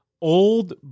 old